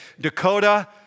Dakota